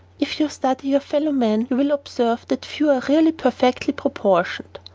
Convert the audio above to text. if you study your fellow-men you will observe that few are really perfectly proportioned.